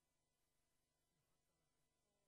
פותחים, כהרגלנו בימי שני,